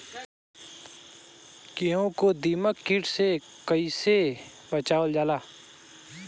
गेहूँ को दिमक किट से कइसे बचावल जाला?